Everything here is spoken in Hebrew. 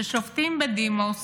ששופטים בדימוס